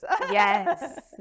Yes